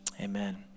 amen